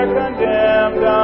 condemned